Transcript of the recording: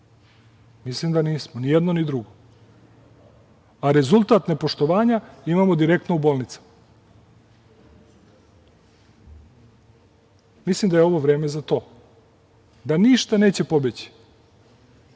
Mislim da nismo ni jedno, ni drugo, a rezultat nepoštovanja imamo direktno u bolnicama. Mislim da je ovo vreme za to, da ništa neće pobeći,